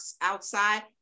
outside